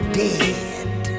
dead